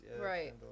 Right